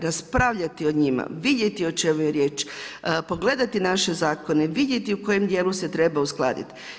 Raspravljati o njima, vidjeti o čemu je riječ, pogledati naše zakone, vidjeti u kojem dijelu se treba uskladiti.